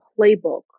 playbook